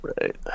right